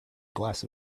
glass